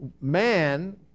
Man